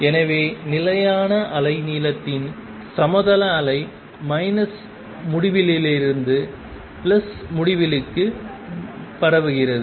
எனவே நிலையான அலை நீளத்தின் சமதள அலை மைனஸ் முடிவிலியிலிருந்து பிளஸ் முடிவிலிக்கு பரவுகிறது